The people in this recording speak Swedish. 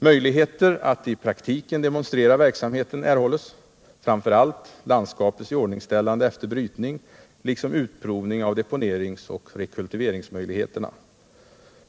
Möjligheter att i praktiken demonstrera verksamheten erhålles, framför allt landskapets iordningställande efter brytning, liksom utprovning av deponeringsoch rekultiveringsmöjligheterna.